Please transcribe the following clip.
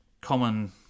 common